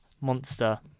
monster